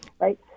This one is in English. right